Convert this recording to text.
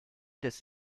des